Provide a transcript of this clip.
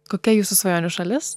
kokia jūsų svajonių šalis